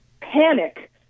panic